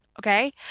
Okay